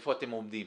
איפה אתם עומדים